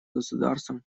государствам